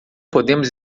podemos